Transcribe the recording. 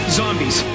zombies